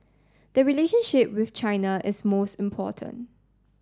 the relationship with China is most important